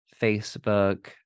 Facebook